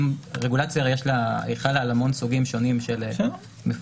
רגולציה חלה על המון סוגים שונים של מפוקחים.